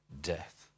death